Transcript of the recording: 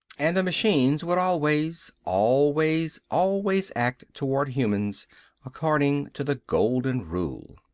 and the machines would always, always, always act toward humans according to the golden rule.